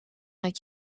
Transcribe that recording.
het